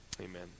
Amen